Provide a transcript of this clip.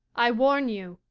i warn you.